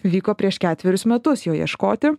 vyko prieš ketverius metus jo ieškoti